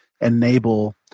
enable